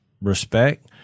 respect